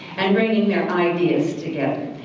and bringing their ideas together.